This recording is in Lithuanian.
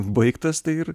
baigtas tai ir